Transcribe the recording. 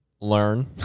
learn